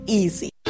easy